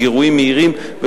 עם גירויים מהירים,